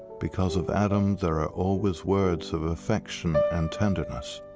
because of adam there are always words of affection and tenderness.